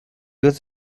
was